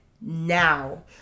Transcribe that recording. now